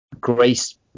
grace